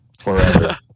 forever